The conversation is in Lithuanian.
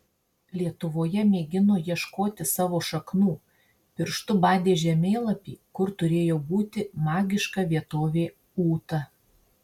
lietuvoje mėgino ieškoti savo šaknų pirštu badė žemėlapį kur turėjo būti magiška vietovė ūta